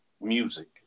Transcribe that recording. music